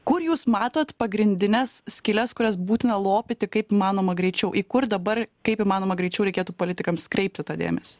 kur jūs matot pagrindines skyles kurias būtina lopyti kaip įmanoma greičiau į kur dabar kaip įmanoma greičiau reikėtų politikams kreipti dėmesį